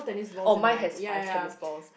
oh mine has five tennis balls